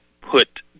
put